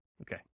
Okay